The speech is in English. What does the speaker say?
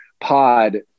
pod